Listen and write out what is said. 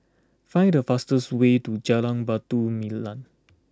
find the fastest way to Jalan Batu Nilam